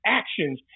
actions